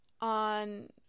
on